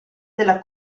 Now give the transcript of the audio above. della